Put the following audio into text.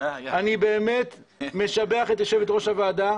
אני באמת משבח את יושבת-ראש הוועדה,